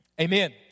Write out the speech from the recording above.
amen